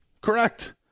Correct